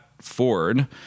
Ford